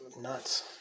Nuts